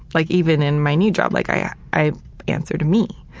like even in my new job, like i ah i answer to me,